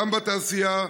גם בתעשייה,